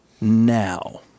now